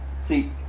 See